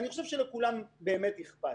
ואני חושב שלכולם באמת אכפת